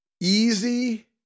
easy